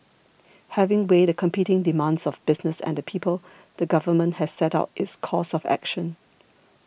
having weighed the competing demands of business and the people the government has set out its course of action